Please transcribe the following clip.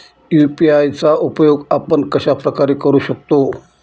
UPI चा उपयोग आपण कशाप्रकारे करु शकतो?